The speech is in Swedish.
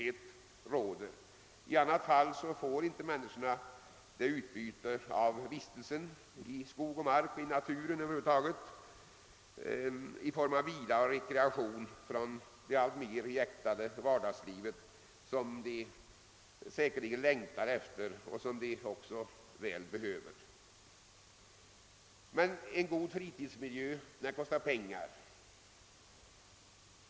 Människorna får i annat fall inte det utbyte av vistelsen i naturen, inte den vila och den rekreation som de längtar efter och som de så väl behöver med tanke på att vårt vardagsliv blir alltmera jäktat. Men en god fritidsmiljö kostar pengar.